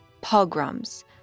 Pogroms